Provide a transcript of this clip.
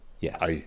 Yes